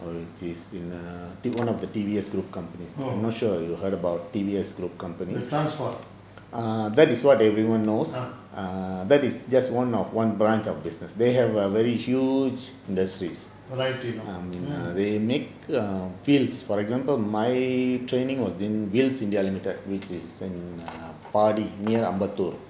oh the transport ah variety